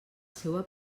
seua